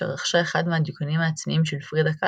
שרכשה אחד מהדיוקנים העצמיים של פרידה קאלו,